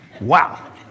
Wow